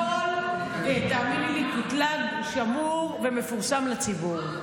הכול, תאמיני לי, קוטלג, שמור ומפורסם לציבור.